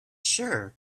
sure